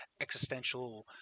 existential